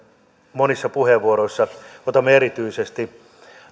monissa puheenvuoroissamme otamme erityisesti